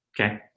Okay